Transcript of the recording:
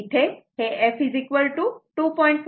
इथे f 2